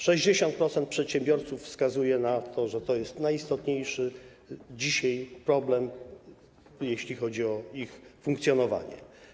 60% przedsiębiorców wskazuje na to, że to jest dzisiaj najistotniejszy problem, jeśli chodzi o ich funkcjonowanie.